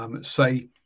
Say